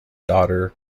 daughter